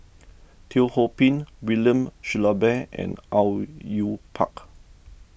Teo Ho Pin William Shellabear and Au Yue Pak